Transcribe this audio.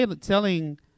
telling